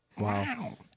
Wow